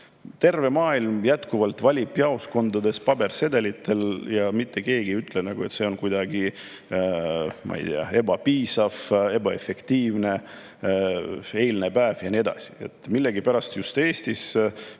Terve maailm jätkuvalt valib jaoskondades pabersedelitel ja mitte keegi ei ütle, et see on kuidagi ebapiisav, ebaefektiivne, eilne päev ja nii edasi. Millegipärast just Eestis